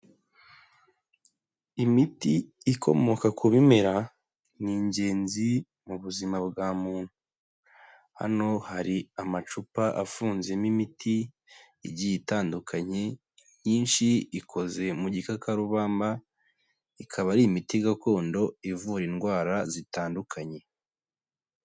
Imiti ikomoka ku bimera, ni ingenzi mu buzima bwa muntu. Hano hari amacupa afunzemo imiti igiye itandukanye, imyinshi ikoze mu gikakarubamba, ikaba ari imiti gakondo ivura indwara zitandukanye.